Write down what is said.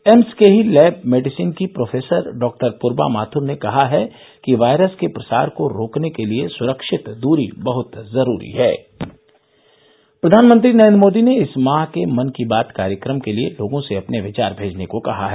AIIMS के ही lab medicine की प्रोफेसर डॉ पूर्वा माथुर ने कहा है कि वायरस के प्रसार को रोकने के लिए सुरक्षित दूरी बहुत जरूरी है प्रधानमंत्री नरेन्द्र मोदी ने इस माह के मन की बात कार्यक्रम के लिए लोगों से अपने विचार भेजने को कहा है